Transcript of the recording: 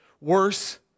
Worse